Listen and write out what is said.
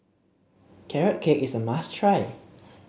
Carrot Cake is a must try